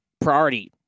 priority